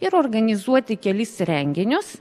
ir organizuoti kelis renginius